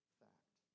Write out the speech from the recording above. fact